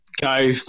go